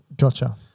Gotcha